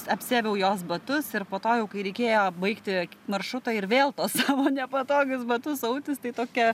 apsiaviau jos batus ir po to jau kai reikėjo baigti maršrutą ir vėl tuos savo nepatogius batus autis tai tokia